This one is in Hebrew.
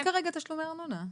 אבל אין כרגע תשלומי ארנונה.